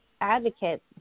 advocates